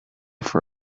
for